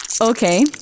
Okay